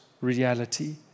reality